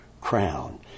crown